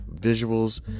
visuals